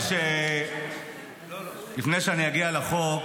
אני אספר לכם, לפני שאני אגיע לחוק,